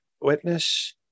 witness